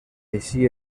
així